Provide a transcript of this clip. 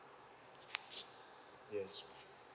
yes